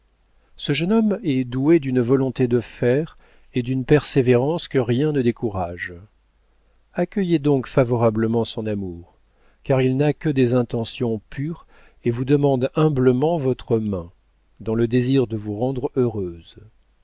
ce jeune homme est doué d'une volonté de fer et d'une persévérance que rien ne décourage accueillez donc favorablement son amour car il n'a que des intentions pures et vous demande humblement votre main dans le désir de vous rendre heureuse